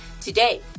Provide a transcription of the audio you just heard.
today